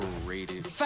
overrated